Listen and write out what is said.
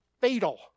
fatal